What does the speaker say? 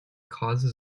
causes